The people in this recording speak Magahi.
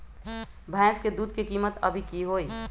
भैंस के दूध के कीमत अभी की हई?